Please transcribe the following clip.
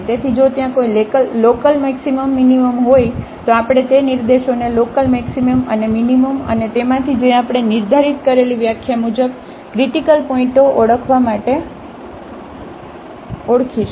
તેથી જો ત્યાં કોઈ લોકલમેક્સિમમ મીનીમમ હોય તો આપણે તે નિર્દેશોને લોકલમેક્સિમમ અને મીનીમમ અને તેમાંથી જે આપણે નિર્ધારિત કરેલી વ્યાખ્યા મુજબ ક્રિટીકલ પોઇન્ટઓ ઓળખવા માટે ઓળખીશું